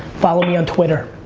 follow me on twitter.